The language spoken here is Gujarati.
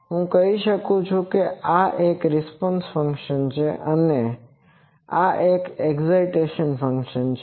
હું કહી શકું કે આ એક રિસ્પોન્સ ફંક્શન છે અને આ એક એક્સાઈટેસન ફંક્શન છે